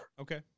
Okay